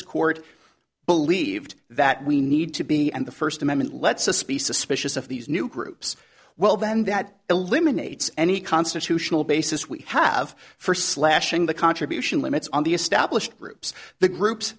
court believed that we need to be and the first amendment lets a speech suspicious of these new groups well then that eliminates any constitutional basis we have for slashing the contribution limits on the established groups the groups